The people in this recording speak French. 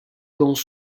dans